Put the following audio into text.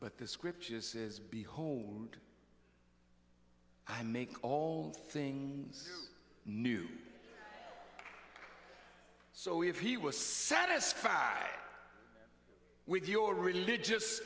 but this scripture says be home i make all things new so if he was satisfied with your religious